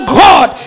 god